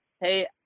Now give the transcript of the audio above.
hey